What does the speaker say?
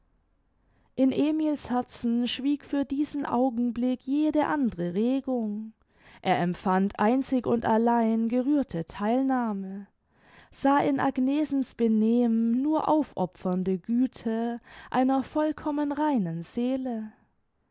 in emil's herzen schwieg für diesen augenblick jede andere regung er empfand einzig und allein gerührte theilnahme sah in agnesens benehmen nur aufopfernde güte einer vollkommen reinen seele